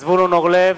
זבולון אורלב,